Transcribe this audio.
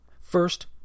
First